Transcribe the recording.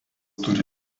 turi